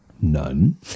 none